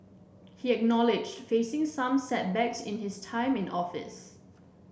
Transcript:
he acknowledged facing some setbacks in his time in office